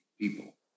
people